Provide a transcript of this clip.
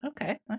Okay